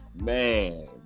man